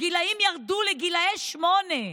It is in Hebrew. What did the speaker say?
הגילים ירדו לגיל שמונה.